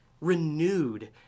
renewed